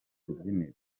rubyiniro